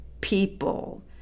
people